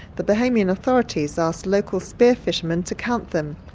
the bahamian authorities asked local spear fisherman to count them.